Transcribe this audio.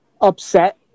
upset